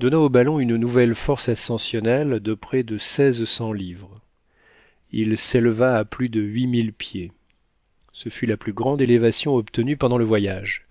donna au ballon une nouvelle force ascensionnelle de près de seize cents livres il s'éleva à plus de huit mille pieds ce fut la plus grande élévation obtenue pendant le voyage